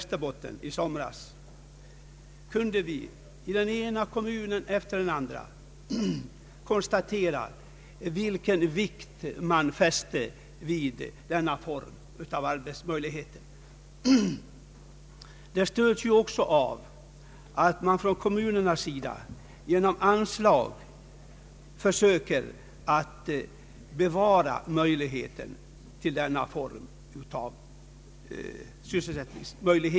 terbotten i somras kunde vi i den ena kommunen efter den andra konstatera vilken vikt man fäste vid denna form av arbetsmöjlighet. Kommunerna söker också genom anslag bevara denna typ av sysselsättning.